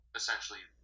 essentially